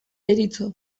deritzo